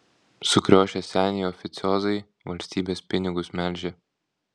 sukriošę seniai oficiozai valstybės pinigus melžia